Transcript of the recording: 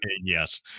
Yes